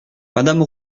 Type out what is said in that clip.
madame